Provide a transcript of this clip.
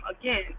again